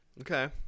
Okay